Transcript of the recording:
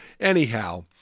Anyhow